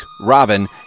Robin